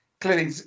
Clearly